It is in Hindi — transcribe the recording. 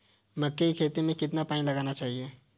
मक्के की खेती में कितना पानी लगाना चाहिए?